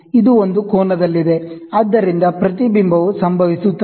ಇದು ಒಂದು ಕೋನದಲ್ಲಿದೆ ಆದ್ದರಿಂದ ಪ್ರತಿಬಿಂಬವು ಸಂಭವಿಸುತ್ತದೆ